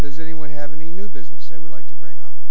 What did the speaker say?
does anyone have any new business they would like to bring up